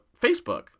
Facebook